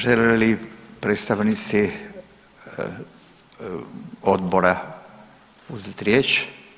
Žele li predstavnici odbora uzet riječ?